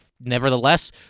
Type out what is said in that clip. nevertheless